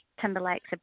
Timberlake's